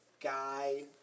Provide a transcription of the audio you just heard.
guy